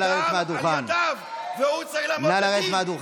הדם על ידיו, והוא צריך לעמוד לדין.